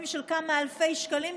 לפעמים סכומים של כמה אלפי שקלים,